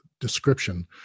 description